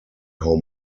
how